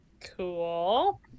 Cool